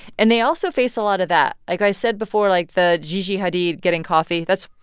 and they also face a lot of that. like i said before, like the gigi hadid getting coffee, that's,